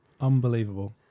Unbelievable